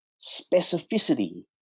specificity